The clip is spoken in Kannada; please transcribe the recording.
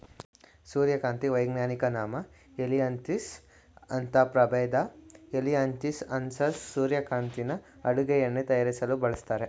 ಸೂರ್ಯಕಾಂತಿ ವೈಜ್ಞಾನಿಕ ನಾಮ ಹೆಲಿಯಾಂತಸ್ ಈ ಪ್ರಭೇದ ಹೆಲಿಯಾಂತಸ್ ಅನ್ನಸ್ ಸೂರ್ಯಕಾಂತಿನ ಅಡುಗೆ ಎಣ್ಣೆ ತಯಾರಿಸಲು ಬಳಸ್ತರೆ